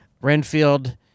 Renfield